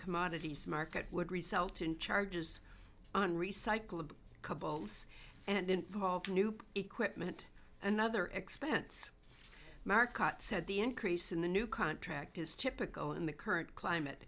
commodities market would result in charges on recyclable couples and involved new equipment another expense marcotte said the increase in the new contract is typical in the current climate